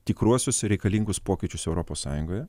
tikruosius reikalingus pokyčius europos sąjungoje